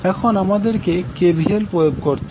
এখন আমাদেরকে KVL প্রয়োগ করতে হবে